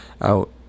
out